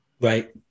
Right